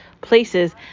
places